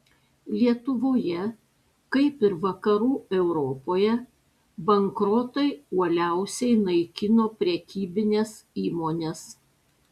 lietuvoje kaip ir vakarų europoje bankrotai uoliausiai naikino prekybines įmones